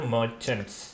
Merchants